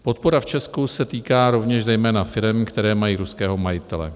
Podpora v Česku se týká rovněž zejména firem, které mají ruského majitele.